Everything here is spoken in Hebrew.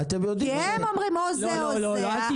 כי הם אומרים או זה או זה.